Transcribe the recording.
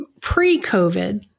pre-COVID